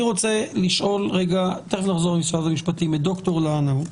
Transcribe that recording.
אני רוצה לשאול את ד"ר לרנאו,